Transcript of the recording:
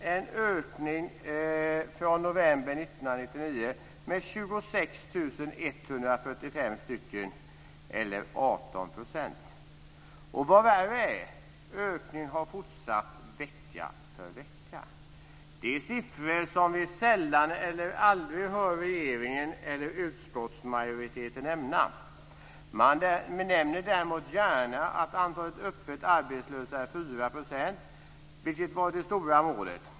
Det är en ökning från november 1999 med 26 145 personer eller 18 %. Vad värre är: Ökningen har fortsatt vecka efter vecka. Det är siffror som vi sällan eller aldrig hör regeringen eller utskottsmajoriteten nämna. Man nämner däremot gärna att antalet öppet arbetslösa är 4 %, vilket var det stora målet.